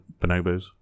bonobos